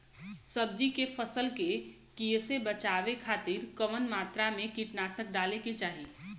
सब्जी के फसल के कियेसे बचाव खातिन कवन मात्रा में कीटनाशक डाले के चाही?